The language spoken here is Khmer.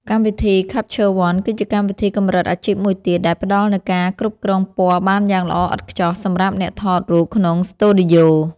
កម្មវិធី ខាប់ឈ័រ វ័ន គឺជាកម្មវិធីកម្រិតអាជីពមួយទៀតដែលផ្តល់នូវការគ្រប់គ្រងពណ៌បានយ៉ាងល្អឥតខ្ចោះសម្រាប់អ្នកថតរូបក្នុងស្ទូឌីយោ។